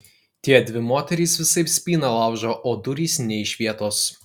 tiedvi moterys visaip spyną laužo o durys nė iš vietos